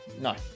No